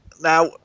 now